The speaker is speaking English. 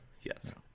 yes